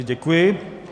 Děkuji.